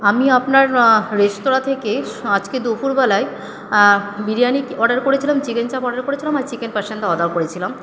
আমি আপনার রেস্তোরাঁ থেকে আজকে দুপুরবেলায় বিরিয়ানি অর্ডার করেছিলাম চিকেন চাপ অর্ডার করেছিলাম আর চিকেন পাসিন্দা অর্ডার করেছিলাম